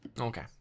Okay